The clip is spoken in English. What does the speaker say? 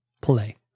Play